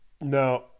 Now